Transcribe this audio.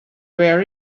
where